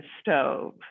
stove